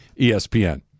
ESPN